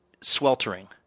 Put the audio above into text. sweltering